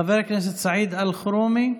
חבר הכנסת סעיד אלחרומי,